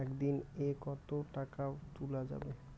একদিন এ কতো টাকা তুলা যাবে?